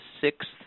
sixth